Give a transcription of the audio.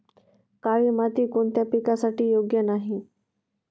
काळी माती कोणत्या पिकासाठी योग्य नाही?